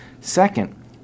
Second